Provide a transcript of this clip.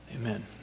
Amen